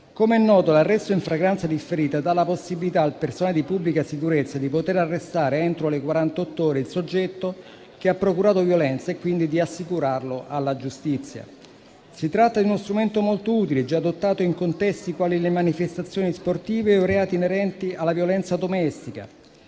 Com'è noto, l'arresto in flagranza differita dà la possibilità al personale di pubblica sicurezza di arrestare entro le 48 ore il soggetto che ha procurato violenza e quindi assicurarlo alla giustizia. Si tratta di uno strumento molto utile, già adottato in contesti quali le manifestazioni sportive o i reati inerenti alla violenza domestica.